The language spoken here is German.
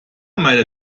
meine